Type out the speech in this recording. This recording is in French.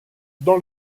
dans